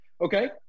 okay